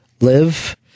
live